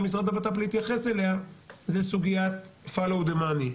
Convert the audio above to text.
להתייחס אליה זה סוגיית follow the money,